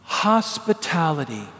Hospitality